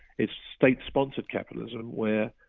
it's state-sponsored capitalism where,